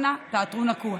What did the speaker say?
אל נא תעקרו נטוע.